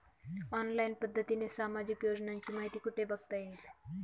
Online पद्धतीने सामाजिक योजनांची माहिती कुठे बघता येईल?